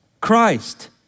Christ